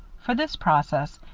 for this process,